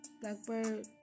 Blackbird